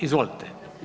Izvolite.